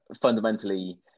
fundamentally